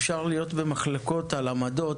אפשר להיות במחלוקות על עמדות,